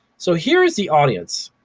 so here's the audience.